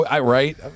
Right